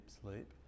sleep